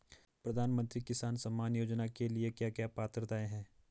प्रधानमंत्री किसान सम्मान योजना के लिए क्या क्या पात्रताऐं हैं?